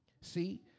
See